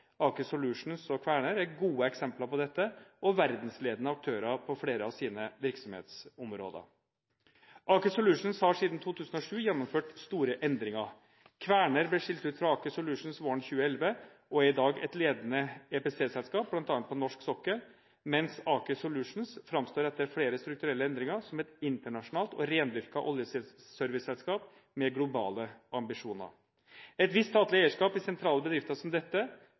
og Kværner er gode eksempler på dette og verdensledende aktører på flere av sine virksomhetsområder. Aker Solutions har siden 2007 gjennomført store endringer. Kværner ble skilt ut fra Aker Solutions våren 2011 og er i dag et ledende EPC-selskap bl.a. på norsk sokkel, mens Aker Solutions etter flere strukturelle endringer framstår som et internasjonalt og rendyrket oljeserviceselskap med globale ambisjoner. Et visst statlig eierskap i sentrale bedrifter som dette